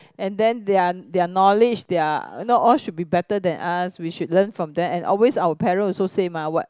and then their their knowledge their not all should be better than us we should learn from them and always our parents always say mah what